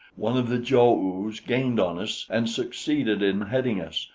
one of the jo-oos gained on us and succeeded in heading us,